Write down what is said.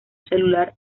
celular